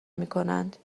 میکنند